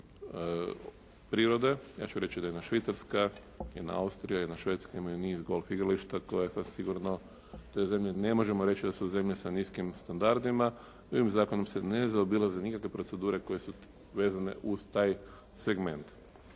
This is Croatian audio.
prirode. Ja ću reći da jedna Švicarska, jedna Austrija, jedna Švedska imaju niz golf igrališta koja sada sigurno, te zemlje ne možemo reći da su zemlje sa niskim standardima, međutim zakonom se ne zaobilazi nikakve procedure koje su vezane uz taj segment.